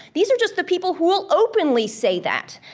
these are just the people who will openly say that.